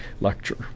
lecture